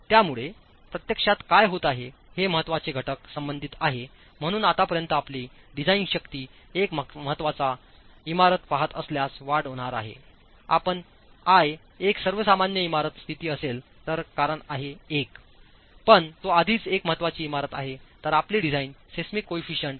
त्यामुळे प्रत्यक्षात काय होत आहेहे महत्वाचे घटक संबंधित आहे म्हणून आतापर्यंत आपले डिझाइन शक्ती एक महत्वाचा इमारत पहात असल्यास वाढ होणार आहे आपण I एक सर्वसामान्य इमारत स्थिती असेल तर कारणआहे1 पण तो आधीच एक महत्वाची इमारत आहे तर आपले डिझाईन सिस्मिक कोईफिशियंट 1